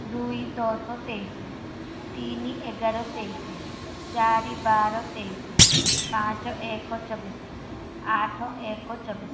ଦୁଇ ଦଶ ତେଇଶି ତିନି ଏଗାର ତେଇଶି ଚାରି ବାର ତେଇଶି ପାଞ୍ଚ ଏକ ଚବିଶି ଆଠ ଏକ ଚବିଶି